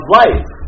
life